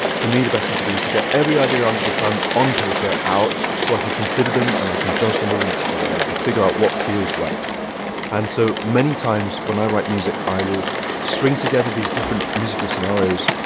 for me, the best thing to do is to get every idea under the sun on paper out so i can consider them and i can judge them all against each other and i can figure out what feels right and so many times, when i write music, i will string together these different musical scenarios,